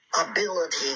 ability